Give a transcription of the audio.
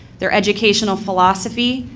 their educational philosophy,